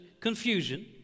confusion